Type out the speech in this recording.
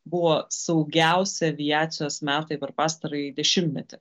buvo saugiausi aviacijos metai per pastarąjį dešimtmetį